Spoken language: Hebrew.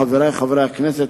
חברי חברי הכנסת,